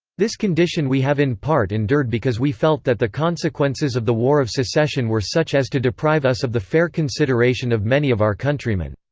this condition we have in part endured because we felt that the consequences of the war of secession were such as to deprive us of the fair consideration of many of our countrymen.